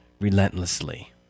relentlessly